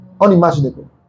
unimaginable